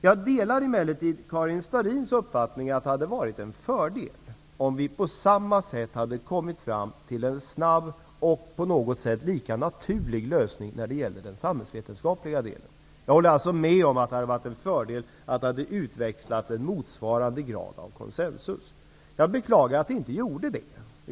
Jag delar emellertid Karin Starrins uppfattning att det hade varit en fördel om vi på samma sätt hade kommit fram till en snabb och på något sätt lika naturlig lösning när det gäller den samhällsvetenskapliga delen. Jag håller alltså med om att det hade varit en fördel om det hade utväxlats en motsvarande grad av konsensus. Jag beklagar att det inte gjorde det.